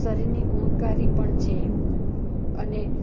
શરીરની ગુણકારી પણ છે અને